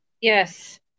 Yes